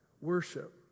Worship